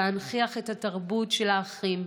להנכיח את התרבות של האחים,